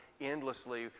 endlessly